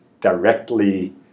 directly